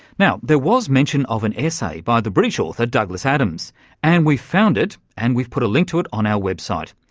now, there was mention of an essay by the british author douglas adams and we've found it and we've put a link to it on our website,